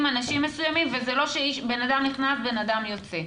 אנשים מסוימים וזה לא שבן אדם נכנס ובן אדם יוצא,